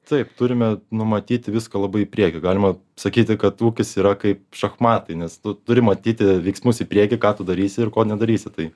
taip turime numatyti viską labai į priekį galima sakyti kad ūkis yra kaip šachmatai nes tu turi matyti veiksmus į priekį ką tu darysi ir ko nedarysi tai